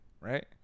Right